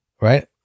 right